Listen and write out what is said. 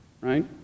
right